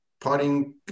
Parting